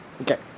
Okay